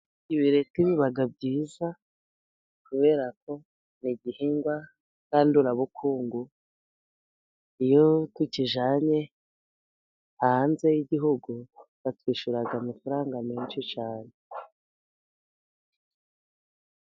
Ibireti biba byiza kubera ko ni igihingwa ngandurabukungu, iyo tukijyanye hanze y'Igihugu batwishyura amafaranga menshi cyane.